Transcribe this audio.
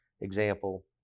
example